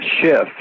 shift